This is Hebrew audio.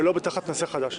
ולא תחת נושא חדש.